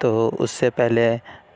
تو اُس سے پہلے